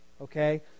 okay